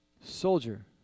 soldier